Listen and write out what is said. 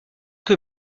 que